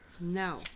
No